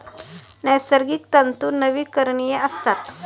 नैसर्गिक तंतू नवीकरणीय असतात